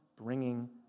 bringing